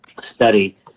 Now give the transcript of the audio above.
study